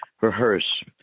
rehearse